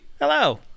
hello